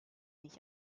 nicht